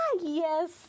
yes